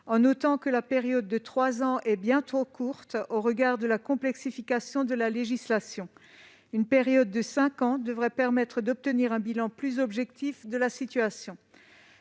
en notant que la période de trois ans est bien trop courte au regard de la complexification de la législation. Une période de cinq ans devrait permettre d'obtenir un bilan plus objectif de la situation.